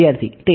વિદ્યાર્થી તે